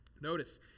Notice